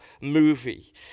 movie